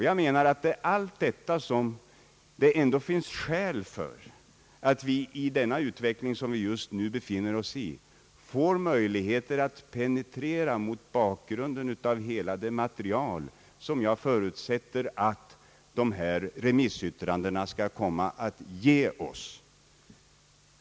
Jag menar att det finns goda skäl för att vi i den utveckling vi nu befinner oss i får möjlighet att penetrera allt detta mot bakgrunden av hela det material som jag förutsätter att dessa remissyttranden skall komma att ge OSS.